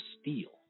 steel